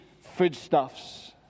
foodstuffs